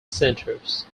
centers